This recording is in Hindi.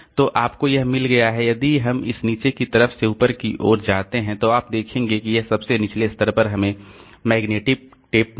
तो आपको यह मिल गया है यदि हम इस नीचे की तरफ से ऊपर की ओर जाते हैं तो आप देखेंगे कि यह सबसे निचले स्तर पर हमें मैग्नेटिक टेप मिला है